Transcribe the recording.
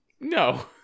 no